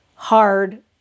hard